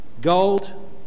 Gold